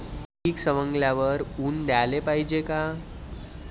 पीक सवंगल्यावर ऊन द्याले पायजे का?